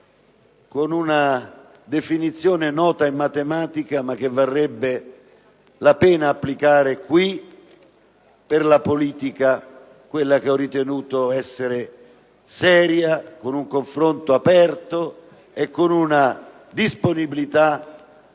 con una definizione nota e matematica, che varrebbe la pena applicare qui per la politica, quella che ho ritenuto essere seria, con un confronto aperto e con una disponibilità